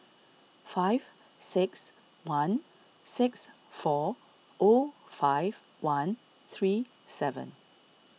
five six one six four zero five one three seven